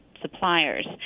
suppliers